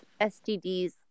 STDs